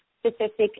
specific